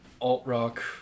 alt-rock